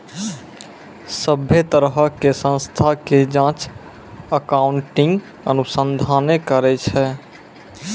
सभ्भे तरहो के संस्था के जांच अकाउन्टिंग अनुसंधाने करै छै